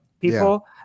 people